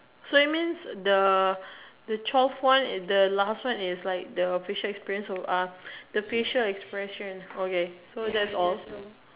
so you mean the the twelve one the last one is like the facial experience uh the facial expression okay so that's all